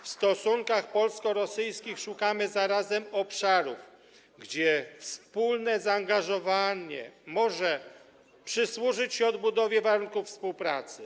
W stosunkach polsko-rosyjskich szukamy zarazem obszarów, gdzie wspólne zaangażowanie może przysłużyć się odbudowie warunków współpracy.